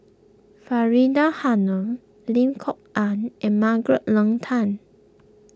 Faridah Hanum Lim Kok Ann and Margaret Leng Tan